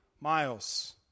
miles